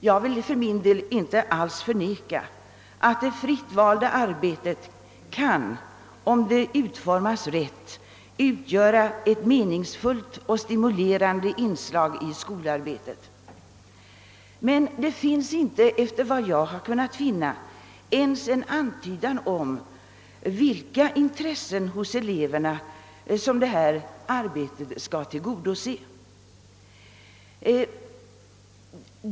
Jag vill för min del inte alls förneka att det fritt valda arbetet kan, om det utformas rätt, utgöra ett meningsfullt och stimulerande inslag i skolarbetet. Men såvitt jag kunnat finna finns det inte ens en antydan om vilka intressen hos eleverna som det här arbetet skall tillgodose.